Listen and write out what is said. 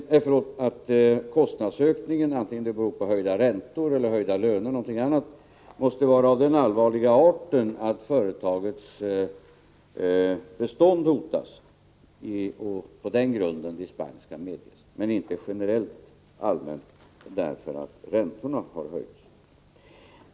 Kostnadsökningarna — vare sig de beror på höjda räntor, höjda löner eller någonting annat — måste vara av den allvarliga arten att företagets bestånd hotas. Det är på den grunden dispens kan medges, men inte generellt för att räntorna har höjts.